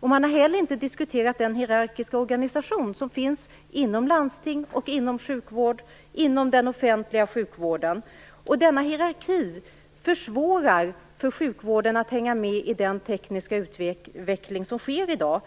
Man har inte heller diskuterat den hierarkiska organisation som finns inom landstingen och inom den offentliga sjukvården. Denna hierarki försvårar för sjukvården att hänga med i den tekniska utveckling som sker i dag.